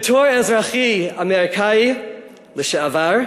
בתור אזרח אמריקני לשעבר,